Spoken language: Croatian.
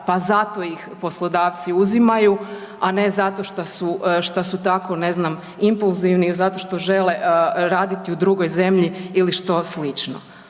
pa zato ih poslodavci uzimaju, a ne zato što su tako ne znam, impulzivni, zato što žele raditi u drugoj zemlji ili što slično.